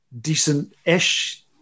decent-ish